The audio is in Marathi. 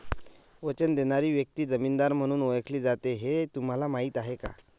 वचन देणारी व्यक्ती जामीनदार म्हणून ओळखली जाते हे तुम्हाला माहीत आहे का?